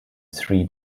three